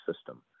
system